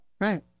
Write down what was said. Right